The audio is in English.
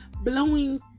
blowing